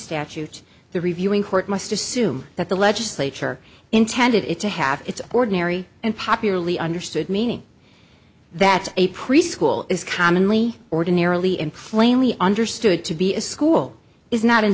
statute the reviewing court must assume that the legislature intended it to have its ordinary and popularly understood meaning that a preschool is commonly ordinarily in plainly understood to be a school is not in